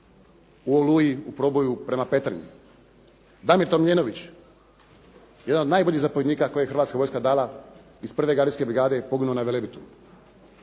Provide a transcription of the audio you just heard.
u "Oluji" u proboju prema Petrinji. Damir Tomljenović jedan od najboljih zapovjednika koji je Hrvatska vojska dala iz 1. gardijske brigade poginuo na Velebitu.